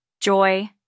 joy